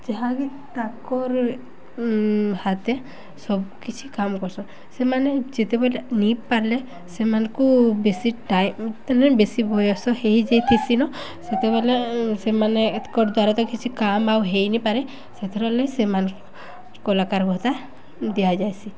ଯାହାକି ତାକର୍ ହାତ ସବୁ କିିଛି କାମ୍ କରସନ୍ ସେମାନେ ଯେତେବେଲେ ନେଇପାର୍ଲେ ସେମାନଙ୍କୁ ବେଶୀ ଟାଇମ୍ ମାନେ ବେଶୀ ବୟସ ହେଇଯାଇଥିସିନ ସେତେବେଲେ ସେମାନେ ଦ୍ୱାରା ତ କିଛି କାମ୍ ଆଉ ହେଇନିପାରେ ସେଥିରଲେ ସେମାନଙ୍କୁ କଲାକାର ଭତ୍ତା ଦିଆଯାଏସି